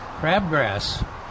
crabgrass